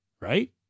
right